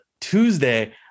Tuesday